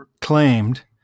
claimed